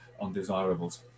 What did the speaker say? undesirables